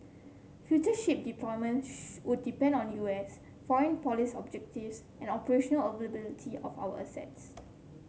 future ship deployments would depend on U S foreign policy objectives and operational availability of our assets